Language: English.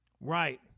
Right